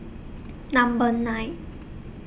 Number nine